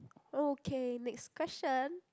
okay next question